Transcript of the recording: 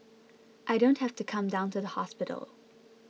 I don't have to come down to the hospital